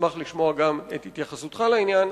אשמח לשמוע גם את התייחסותך לעניין,